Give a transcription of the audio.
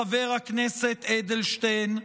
חבר הכנסת אדלשטיין,